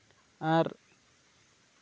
ᱟᱨ